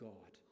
God